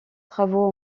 travaux